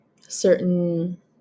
certain